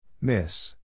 Miss